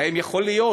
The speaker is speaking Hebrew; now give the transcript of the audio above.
האם יכול להיות